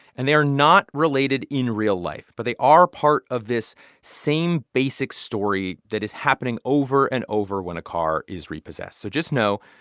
and they are not related in real life, but they are part of this same basic story that is happening over and over when a car is repossessed. so just know,